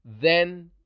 Then